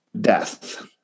death